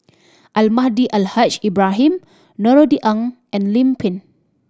Almahdi Al Haj Ibrahim Norothy Ng and Lim Pin